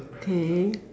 okay